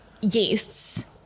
Yeasts